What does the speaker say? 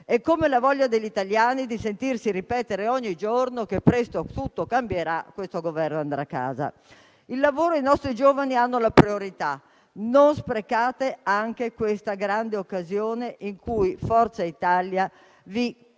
È come la voglia degli italiani di sentirsi ripetere ogni giorno che presto tutto cambierà e che questo Governo andrà a casa. Il lavoro e i nostri giovani hanno la priorità. Non sprecate anche questa grande occasione in cui Forza Italia vi concede